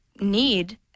need